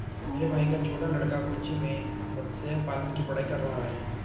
मेरे भाई का छोटा लड़का कोच्चि में मत्स्य पालन की पढ़ाई कर रहा है